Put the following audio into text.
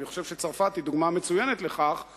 אני חושב שצרפת היא דוגמה מצוינת לכך,